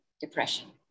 Depression